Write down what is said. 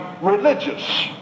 religious